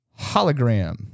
hologram